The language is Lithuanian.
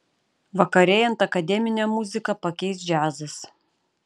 vakarėjant akademinę muziką pakeis džiazas